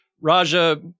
Raja